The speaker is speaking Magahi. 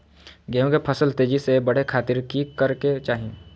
गेहूं के फसल तेजी से बढ़े खातिर की करके चाहि?